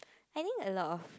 I think a lot of